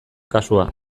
kasua